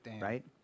Right